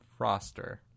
Froster